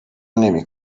نمی